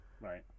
Right